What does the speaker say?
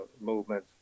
movement